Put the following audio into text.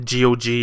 GOG